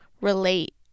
relate